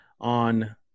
on